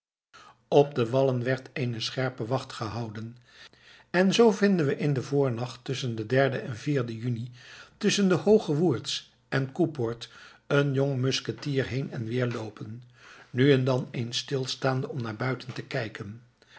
op de wallen werd eene scherpe wacht gehouden en zoo vinden we in den voornacht tusschen den derden en vierden juni tusschen de hoogewoerds en koepoort een jong musketier heen en weer loopen nu en dan eens stilstaande om naar buiten te kijken